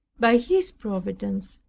by his providence,